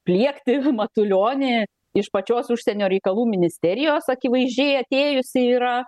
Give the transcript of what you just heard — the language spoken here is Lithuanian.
pliekti matulionį iš pačios užsienio reikalų ministerijos akivaizdžiai atėjusi yra